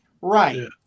Right